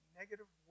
negative